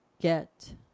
get